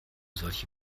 solche